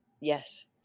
Yes